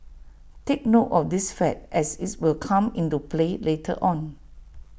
take note of this fact as its will come into play later on